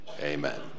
amen